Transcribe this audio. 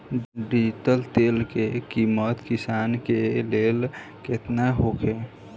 Diesel तेल के किमत किसान के लेल केतना होखे?